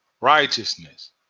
righteousness